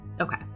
Okay